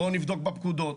בואו נבדוק בפקודות.